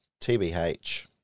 TBH